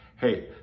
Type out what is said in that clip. Hey